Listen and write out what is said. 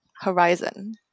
horizon